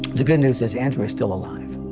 the good news is, andrew is still alive.